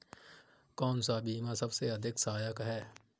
कौन सा बीमा सबसे अधिक सहायक है?